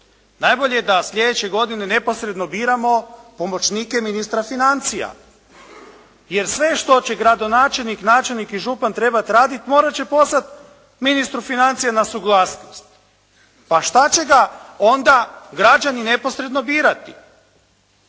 Najbolje je da sljedeće godine neposredno biramo pomoćnike ministra financija. Jer sve što će gradonačelnik, načelnik i župan trebati raditi morat će poslat ministru financija na suglasnost. Pa što će ga onda građani neposredno birati?